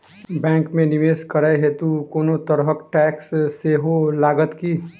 Bank मे निवेश करै हेतु कोनो तरहक टैक्स सेहो लागत की?